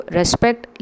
respect